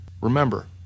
Remember